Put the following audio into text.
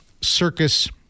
circus